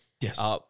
Yes